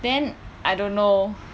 then I don't know